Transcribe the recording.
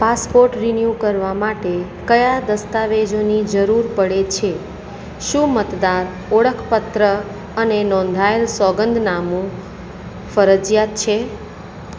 passport renew કરવા માટે કયા દસ્તાવેજોની જરૂર પડે છે શું મતદાર ઓળખપત્ર અને નોંધાયેલ સોગંદનામું ફરજિયાત છે